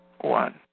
One